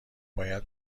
باید